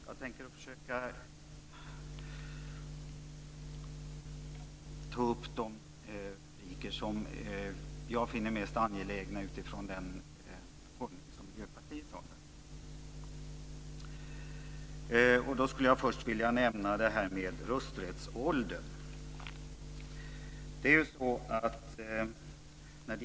Jag tänker försöka ta upp de rubriker som jag finner mest angelägna utifrån den hållning som Först skulle jag vilja nämna detta med rösträttsåldern.